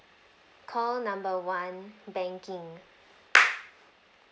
call number one banking